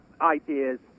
ideas